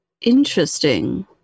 Interesting